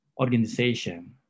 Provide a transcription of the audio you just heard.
organization